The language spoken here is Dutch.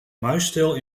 muisstil